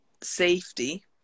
safety